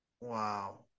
Wow